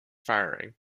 firing